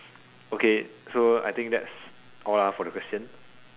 okay so I think that's all ah for the question